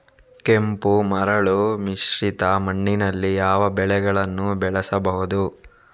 ಕೆಂಪು ಮರಳು ಮಿಶ್ರಿತ ಮಣ್ಣಿನಲ್ಲಿ ಯಾವ ಬೆಳೆಗಳನ್ನು ಬೆಳೆಸಬಹುದು?